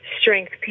strength